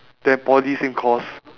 then poly same course